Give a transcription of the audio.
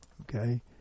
Okay